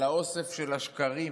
על האוסף של השקרים?